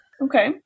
Okay